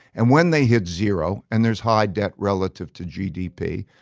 and when they hit zero, and there's high debt relative to gdp,